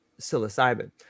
psilocybin